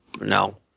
No